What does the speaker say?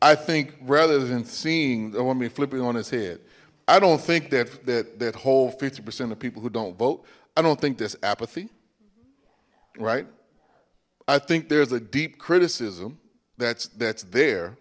i think rather than seeing i want to be flippin on his head i don't think that that that whole fifty percent of people who don't vote i don't think that's apathy right i think there's a deep criticism that's that's there